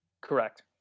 Correct